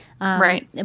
right